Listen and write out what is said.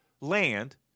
land